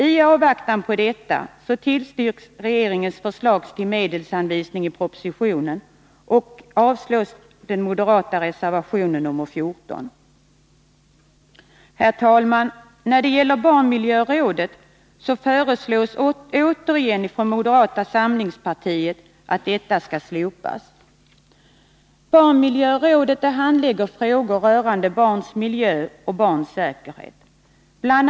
I avvaktan på ett nytt statsbidragssystem tillstyrker jag regeringens förslag till medelsanvisning och avstyrker den moderata reservationen 14. Herr talman! Moderata samlingspartiet föreslår återigen att barnmiljörådet skall slopas. Barnmiljörådet handlägger frågor rörande barns miljö och barns säkerhet. Bl.